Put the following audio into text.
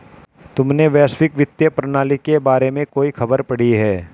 तुमने वैश्विक वित्तीय प्रणाली के बारे में कोई खबर पढ़ी है?